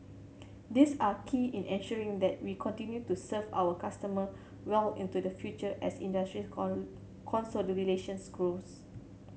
these are key in ensuring that we continue to serve our customer well into the future as industries consolidation grows